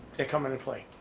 come into play.